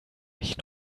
mich